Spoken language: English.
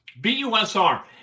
BUSR